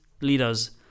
leaders